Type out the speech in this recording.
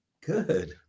good